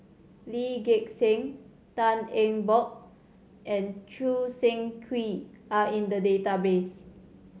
Lee Gek Seng Tan Eng Bock and Choo Seng Quee are in the database